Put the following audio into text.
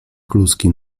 kluski